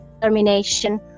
determination